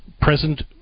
present